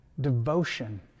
devotion